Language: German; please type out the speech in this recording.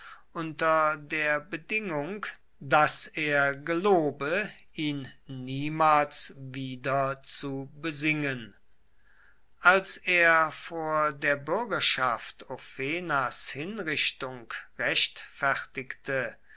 unter der bedingung daß er gelobe ihn niemals wieder zu besingen als er vor der bürgerschaft ofenas hinrichtung rechtfertigte